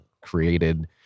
created